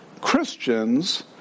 Christians